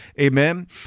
amen